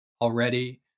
already